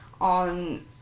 on